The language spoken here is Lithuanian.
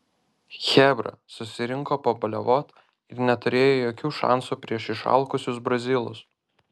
chebra susirinko pabaliavot ir neturėjo jokių šansų prieš išalkusius brazilus